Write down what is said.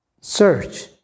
search